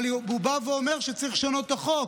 אבל הוא בא ואומר שצריך לשנות את החוק.